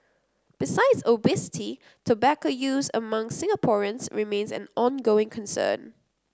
besides obesity tobacco use among Singaporeans remains an ongoing concern